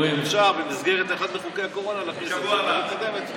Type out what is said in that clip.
אפשר במסגרת אחד מחוקי הקורונה להכניס את זה ולקדם את זה.